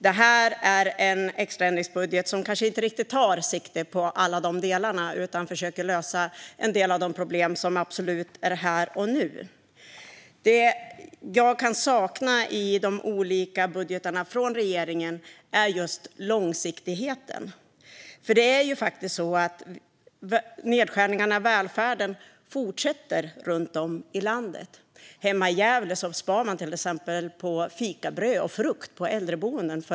Det här är en extra ändringsbudget som kanske inte riktigt tar sikte på alla de delarna utan försöker lösa en del av de problem som absolut är här och nu. Det jag kan sakna i de olika budgetarna från regeringen är just långsiktigheten. Det är ju faktiskt så att nedskärningarna i välfärden fortsätter runt om i landet. Hemma i Gävle sparar man till exempel på fikabröd och frukt på äldreboenden.